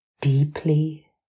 deeply